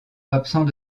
absents